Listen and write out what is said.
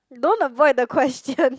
don't avoid the question